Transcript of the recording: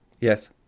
Yes